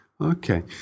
Okay